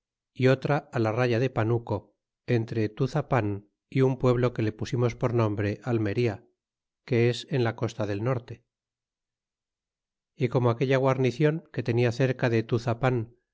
y otra la raya de panuco entre tuzapan y un pueblo que le pusimos por nombre almería que es en la costa del norte y como aquella guarnicion que tenia cerca de tuzapan